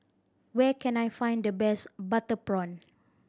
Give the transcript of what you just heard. where can I find the best butter prawn